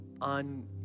on